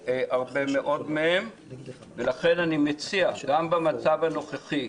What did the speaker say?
אני מציע שגם במצב הנוכחי,